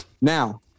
Now